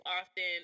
often